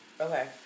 Okay